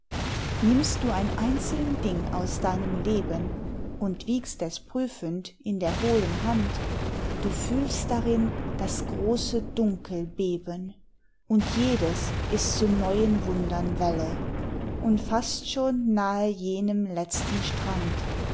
nimmst du ein einzeln ding aus deinem leben und wiegst es prüfend in der hohlen hand du fühlst darin das große dunkel beben und jedes ist zu neuen wundern welle und fast schon nahe jenem letzten strand